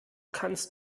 kannst